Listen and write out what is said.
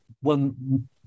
one